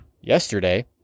yesterday